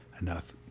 enough